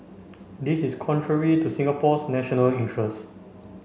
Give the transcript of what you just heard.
this is contrary to Singapore's national interests